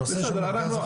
הנושא של מרכז לחדשנות,